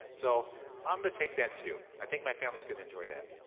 so i'm gonna take that too, i think my family is gonna enjoy that.